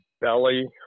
belly